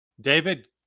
David